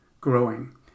growing